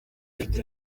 leta